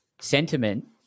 sentiment